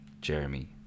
jeremy